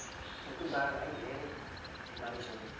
खेलकुदद्वारामा है धेरै मानिसहरू